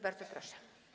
Bardzo proszę.